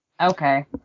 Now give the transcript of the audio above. Okay